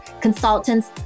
consultants